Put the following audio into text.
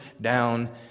down